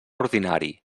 ordinari